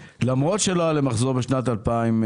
למרות שלא היה להם מחזור בשנת 2021,